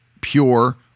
pure